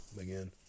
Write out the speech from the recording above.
again